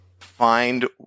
Find